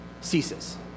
ceases